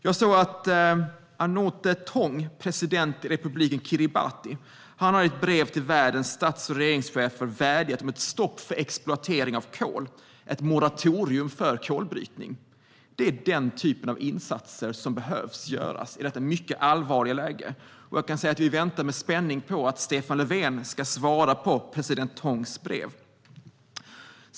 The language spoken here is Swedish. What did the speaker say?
Jag såg att Anote Tong, president i Republiken Kiribati, i ett brev till världens stats och regeringschefer har vädjat om ett stopp för exploatering av kol, ett moratorium för kolbrytning. Det är den typen av insatser som behövs i detta mycket allvarliga läge. Vi väntar med spänning på att Stefan Löfven ska svara på president Tongs brev.